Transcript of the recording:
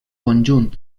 conjunt